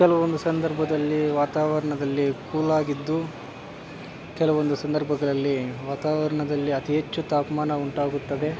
ಕೆಲವೊಂದು ಸಂದರ್ಭದಲ್ಲಿ ವಾತಾವರಣದಲ್ಲಿ ಕೂಲಾಗಿದ್ದು ಕೆಲವೊಂದು ಸಂದರ್ಭಗಳಲ್ಲಿ ವಾತಾವರಣದಲ್ಲಿ ಅತಿ ಹೆಚ್ಚು ತಾಪಮಾನ ಉಂಟಾಗುತ್ತದೆ